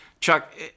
Chuck